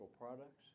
products